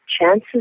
Chances